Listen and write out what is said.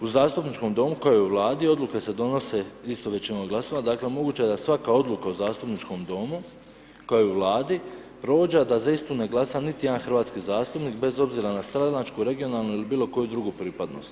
U zastupničkom domu koji je u vladi odluke se donose isto većinom glasova, dakle moguće je da svaka odluka u zastupničkom domu koja je u vladi prođe a da za istu ne glasa niti jedan hrvatski zastupnik bez obzira, na stranačku, regionalnu ili bilo koju drugu pripadnost.